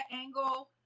angle